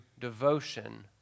devotion